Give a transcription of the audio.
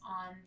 on